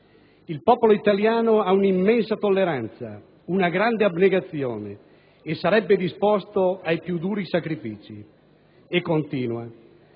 «Il popolo italiano ha un'immensa tolleranza, una grande abnegazione e sarebbe disposto ai più duri sacrifici». E continua: